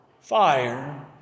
fire